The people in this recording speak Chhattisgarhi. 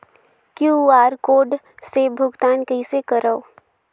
क्यू.आर कोड से भुगतान कइसे करथव?